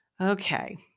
Okay